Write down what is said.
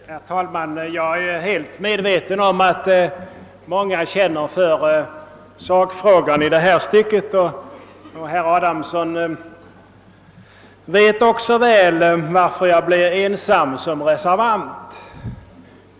Herr talman! Jag är helt medveten om att många känner som jag för sakfrågan i detta stycke, och herr Adamsson vet också väl varför jag blev ensam som reservant.